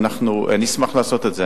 ואנחנו נשמח לעשות את זה.